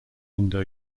indo